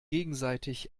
gegenseitig